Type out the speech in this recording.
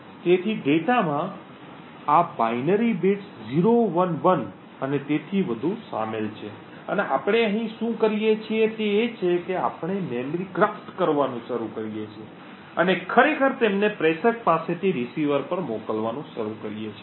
તેથી ડેટામાં આ બાઈનરી બિટ્સ 011 અને તેથી વધુ શામેલ છે અને આપણે અહીં શું કરીએ છીએ તે છે કે આપણે મેમરી ક્રાફ્ટ કરવાનું શરૂ કરીએ છીએ અને ખરેખર તેમને પ્રેષક પાસેથી રીસીવર પર મોકલવાનું શરૂ કરીએ છીએ